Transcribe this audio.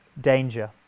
danger